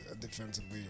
defensively